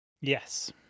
yes